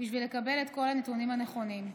בשביל לקבל את כל הנתונים הנכונים.